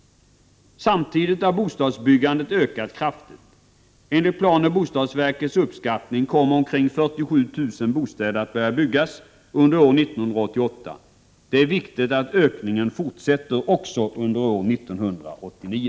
Samtidigt har bostadsbyggandet ökat kraftigt. Enligt planoch bostadsverkets uppskattning kommer omkring 47 000 bostäder att börja byggas under år 1988. Det är viktigt att ökningen fortsätter också under år 1989.